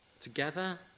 together